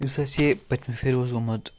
یُس اَسہِ یہِ پٔتۍمہِ پھِرِ اوس گوٚمُت